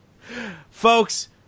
Folks